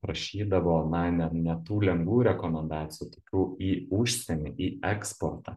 prašydavo na ne ne tų lengvų rekomendacijų tokių į užsienį į eksportą